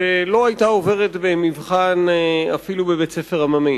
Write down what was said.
שלא היתה עוברת במבחן אפילו בבית-ספר עממי.